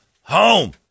home